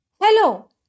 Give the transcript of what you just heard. Hello